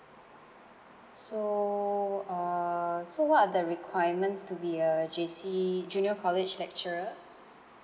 so uh so what are the requirements to be a J_C junior college lecturer